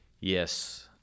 Yes